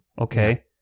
okay